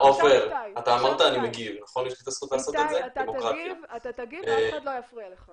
עכשיו איתי מגיב ואף אחד לא יפריע לו.